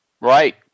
Right